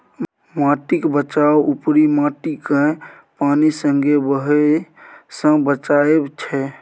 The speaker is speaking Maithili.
माटिक बचाउ उपरी माटिकेँ पानि संगे बहय सँ बचाएब छै